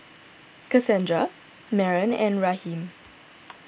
Cassandra Maren and Raheem